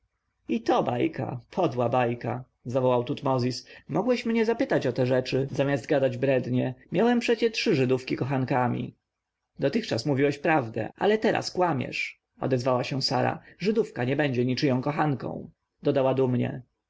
i to bajka podła bajka zawołał tutmozis mogłeś mnie zapytać o te rzeczy zamiast gadać brednie miałem przecie trzy żydówki kochankami dotychczas mówiłeś prawdę ale teraz kłamiesz odezwała się sara żydówka nie będzie niczyją kochanką dodała dumnie